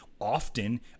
often